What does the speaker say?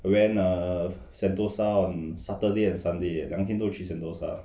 I went err sentosa on saturday and sunday 两天都去 sentosa